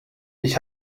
ich